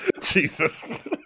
Jesus